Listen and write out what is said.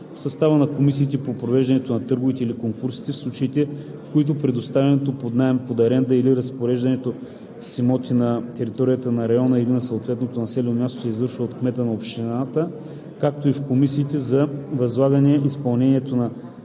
в състава на комисиите по провеждането на търговете или конкурсите в случаите, в които предоставянето под наем, под аренда или разпореждането с имоти на територията на района или на съответното населено място се извършва от кмета на общината, както и в комисиите за възлагане изпълнението на